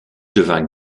devint